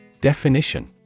Definition